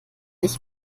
ich